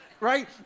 Right